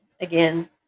again